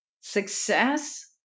Success